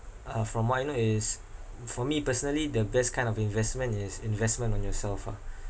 uh from what I know is for me personally the best kind of investment is investment on yourself ah